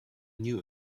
knew